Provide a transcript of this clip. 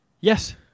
Yes